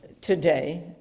today